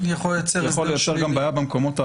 יכול לייצר גם בעיה במקומות האחרים.